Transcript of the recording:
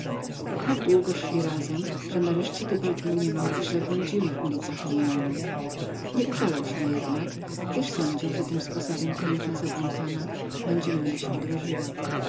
tak długo i długo szli razem że nareszcie tybald mniemał że zabłąkali się w ulicach lyonu nie użalał się jednak gdyż sądził że tym sposobem piękna zabłąkana będzie dlań mniej